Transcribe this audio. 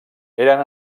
eren